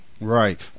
Right